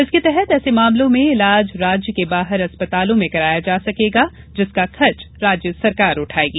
इसके तहत ऐसे मामलों में इलाज राज्य के बाहर अस्पतालों में कराया जा सकेगा जिसका खर्च राज्य सरकार उठायेगी